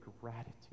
gratitude